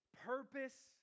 purpose